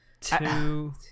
Two